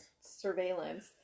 surveillance